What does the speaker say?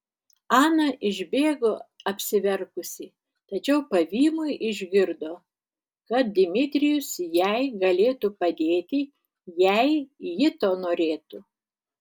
ana išbėgo apsiverkusi tačiau pavymui išgirdo kad dmitrijus jai galėtų padėti jei ji to norėtų